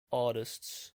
artists